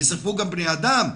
ישרפו גם בני אדם".